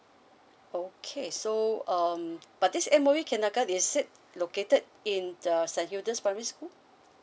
okay so um but this M_O_E kingergarten is it located in sanyudas primary school